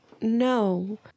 No